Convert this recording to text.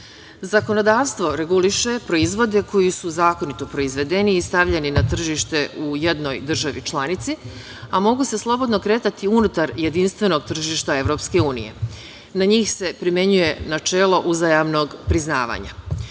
sankcionisano. Zakonodavstvo reguliše proizvode koji su zakonito proizvedeni i stavljeni na tržište u jednoj državi članici, a mogu se slobodno kretati unutar jedinstvenog tržišta EU. Na njih se primenjuje načelo uzajamnog priznavanja. Takođe,